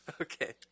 Okay